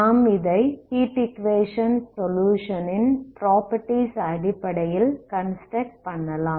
நாம் இதை heat equation solution ன் ப்ராப்பர்ட்டீஸ் ன் அடிப்படையில் கன்ஸ்ட்ரக்ட் பண்ணலாம்